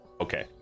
Okay